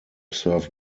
serve